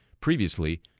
previously